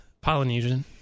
Polynesian